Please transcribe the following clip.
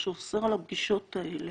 שאוסר על הפגישות האלה,